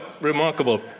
remarkable